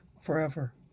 forever